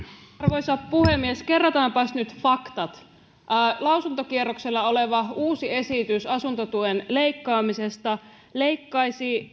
arvoisa puhemies kerrataanpas nyt faktat lausuntokierroksella oleva uusi esitys asuntotuen leikkaamisesta leikkaisi